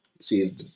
See